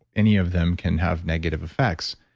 any of them can have negative effects.